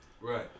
right